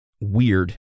weird